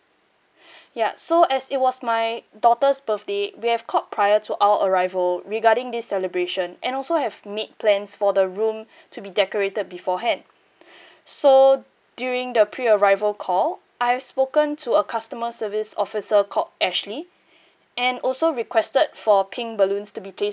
yup so as it was my daughter's birthday we have called prior to our arrival regarding this celebration and also have made plans for the room to be decorated beforehand so during the pre arrival call I have spoken to a customer service officer called ashley and also requested for pink balloons to be placed